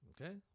Okay